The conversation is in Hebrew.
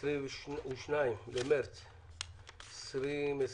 - 22 במרס 2021,